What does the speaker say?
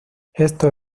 esto